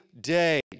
day